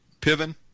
Piven